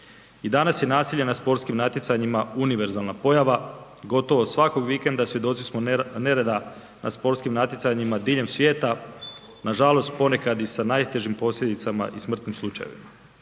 I danas je nasilje na sportskim natjecanjima univerzalna pojava, gotovo svakog vikenda svjedoci smo nereda na sportskim natjecanjima diljem svijeta, nažalost ponekad i sa najtežim posljedicama i smrtnim slučajevima.